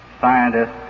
scientist